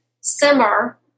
simmer